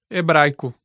Hebraico